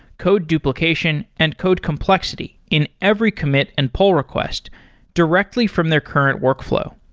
code duplication and code complexity in every commit and poll request directly from their current workflow.